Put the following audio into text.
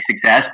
success